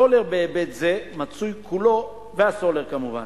והסולר כמובן.